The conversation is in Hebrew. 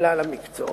בכלל המקצועות.